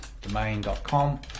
domain.com